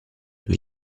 due